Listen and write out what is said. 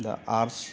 दा आर्स